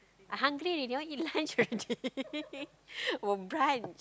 I hungry already you want eat lunch already or brunch